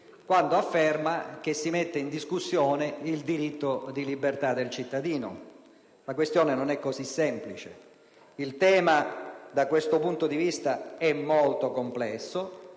quando afferma che si mette in discussione il diritto di libertà del cittadino. La questione non è così semplice. Il tema è molto complesso